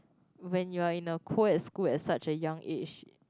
when you are in a co ed school at such a young age